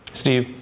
Steve